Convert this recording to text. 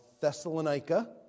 Thessalonica